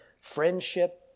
friendship